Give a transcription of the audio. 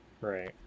Right